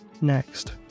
Next